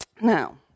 Now